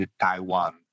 Taiwan